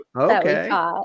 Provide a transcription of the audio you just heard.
okay